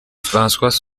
françois